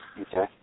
Okay